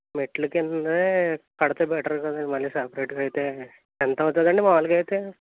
మెట్లు కింద కడితే బెటర్ కదా మళ్ళీ సెపరేట్గా అయితే ఎంత అవుతుంది అండి మామూలుగా అయితే